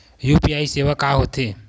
UPI सेवा का होथे?